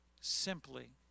simply